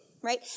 right